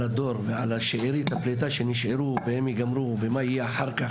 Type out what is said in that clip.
על הדור ועל שארית הפליטה שנשארה ומה יהיה אחר כך.